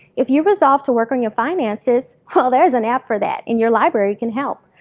if you resolve to work on your finances, well there's an app for that, and your library can help.